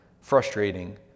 frustrating